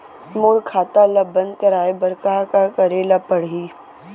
मोर खाता ल बन्द कराये बर का का करे ल पड़ही?